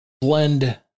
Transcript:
blend